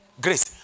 Grace